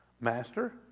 Master